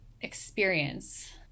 experience